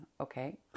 okay